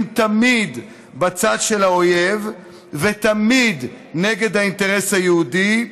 תמיד בצד של האויב ותמיד נגד האינטרס היהודי,